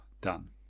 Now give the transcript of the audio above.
done